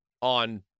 on